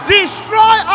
Destroy